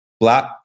Black